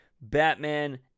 Batman